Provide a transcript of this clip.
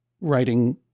writing